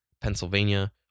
Pennsylvania